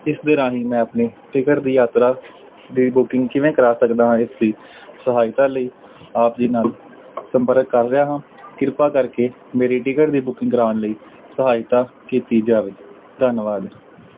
ਇਸ ਦੇ ਰਾਹੀਂ ਮੈਂ ਆਪਣੀ ਟਿਕਟ ਦੀ ਯਾਤਰਾ ਦੀ ਬੁਕਿੰਗ ਕਿਵੇਂ ਕਰਾ ਸਕਦਾ ਹਾਂ ਇਸ ਦੀ ਸਹਾਇਤਾ ਲਈ ਆਪ ਜੀ ਨਾਲ ਸੰਪਰਕ ਕਰ ਰਿਹਾ ਹਾਂ ਕਿਰਪਾ ਕਰਕੇ ਮੇਰੀ ਟਿਕਟ ਦੀ ਬੁਕਿੰਗ ਕਰਾਉਣ ਲਈ ਸਹਾਇਤਾ ਕੀਤੀ ਜਾਵੇ ਧੰਨਵਾਦ